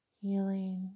healing